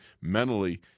mentally